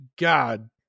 God